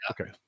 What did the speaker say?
Okay